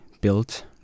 built